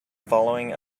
following